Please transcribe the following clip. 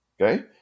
Okay